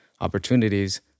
opportunities